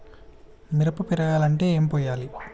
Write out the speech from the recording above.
మిరప పెరగాలంటే ఏం పోయాలి?